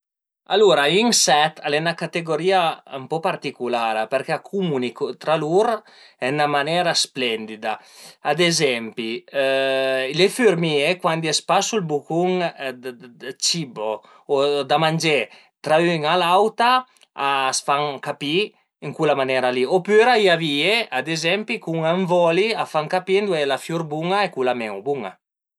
Alura i inset al e 'na categorìa ën po particulara përché a cumünicu tra lur ën 'na manera splendida, ad ezempi le fürmìe cuandi a së pasu ël bucun dë cibo o da mangé tra l'üna a l'auta a s'fan capì ën cula manera li opüra i avìe ad ezempi cun ën voli a fan capì ëndua a ie la fiur bun-a e cula menu bun-a